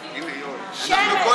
שמש, ממש שמש בגבעון דום.